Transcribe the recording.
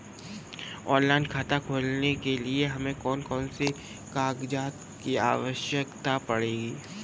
Online खाता खोलने के लिए हमें कौन कौन से कागजात की आवश्यकता पड़ेगी?